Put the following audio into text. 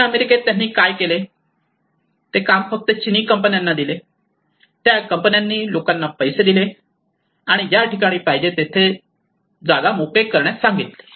दक्षिण अमेरिकेत त्यांनी काय केले ते काम फक्त चिनी कंपन्यांना दिले त्या कंपन्यांनी लोकांना पैसे दिले आणि कंपन्यांना ज्या ठिकाणी पाहिजे तेथे जागा मोकळे करण्यास सांगितले